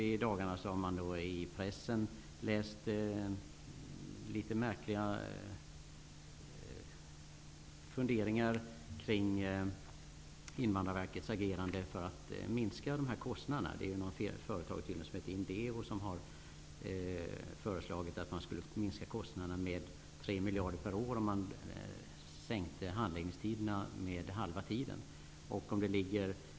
I dagarna har man i pressen kunna läsa litet märkliga funderingar kring Invandrarverkets agerande för att minska kostnaderna. Företaget Indevo har föreslagit att man skulle kunna minska kostnaderna med 3 miljarder kronor per år om man sänker handläggningstiderna med hälften.